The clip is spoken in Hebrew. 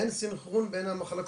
אין סנכרון בין המחלקות.